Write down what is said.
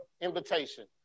invitation